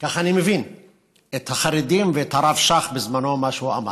כך אני מבין את החרדים ואת הרב שך, מה שהוא אמר,